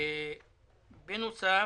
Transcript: בנוסף,